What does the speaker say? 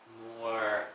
more